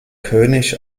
könig